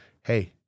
Hey